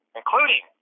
including